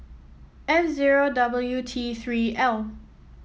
F zero W T Three L